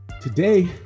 today